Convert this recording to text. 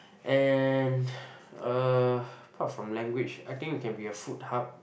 and uh apart from language I think we can be a food hub